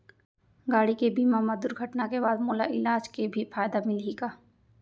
गाड़ी के बीमा मा दुर्घटना के बाद मोला इलाज के भी फायदा मिलही का?